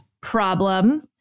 problem